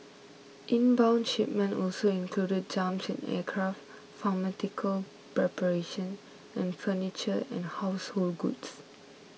inbound shipments also included jumps in aircraft pharmaceutical preparation and furniture and household goods